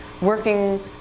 working